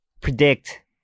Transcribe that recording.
predict